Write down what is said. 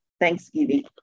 thanksgiving